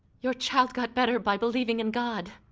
your child got better by believing in god.